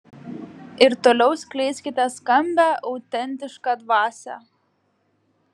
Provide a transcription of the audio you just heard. ir toliau skleiskite skambią autentišką dvasią